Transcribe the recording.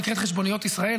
שנקראת "חשבוניות ישראל",